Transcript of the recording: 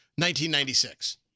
1996